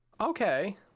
okay